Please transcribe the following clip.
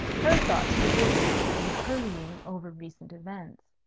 her thoughts were busy, and hurrying over recent events.